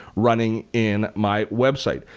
running in my website.